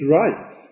right